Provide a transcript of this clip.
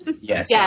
Yes